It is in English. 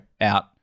out